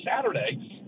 Saturday –